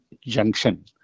junction